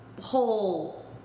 whole